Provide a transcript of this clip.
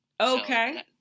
Okay